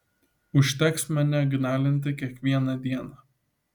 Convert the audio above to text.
užteks mane gnalinti kiekvieną dieną